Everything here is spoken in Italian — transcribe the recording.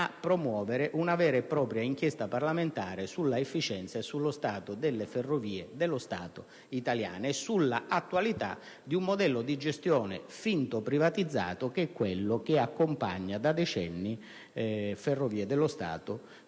a promuovere una vera e propria inchiesta parlamentare sull'efficienza e sullo stato delle ferrovie italiane e sull'attualità di un modello di gestione finto privatizzato che è quello che accompagna da decenni Ferrovie dello Stato in